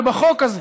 ובחוק הזה,